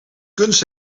kunst